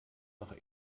nach